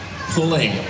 pulling